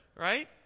right